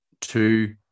two